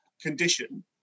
condition